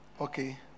okay